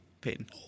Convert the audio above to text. Peyton